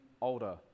older